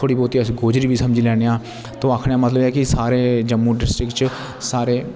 थोह्ड़ी बोह्ती अस गोजरी बी समझी लैने हा तोह् आखने दा मतलब ऐ की सारे जम्मू डिस्ट्रिक्ट च सारे